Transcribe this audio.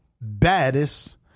baddest